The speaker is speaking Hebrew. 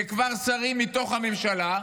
וכבר שרים מתוך הממשלה,